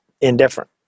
indifferent